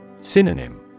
Synonym